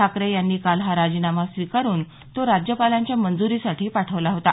ठाकरे यांनी काल हा राजीनामा स्वीकारून तो राज्यपालांच्या मंजुरीसाठी पाठवला होता